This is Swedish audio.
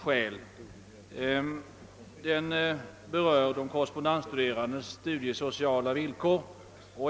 Motionen berör de korrespondensstuderandes studiesociala villkor.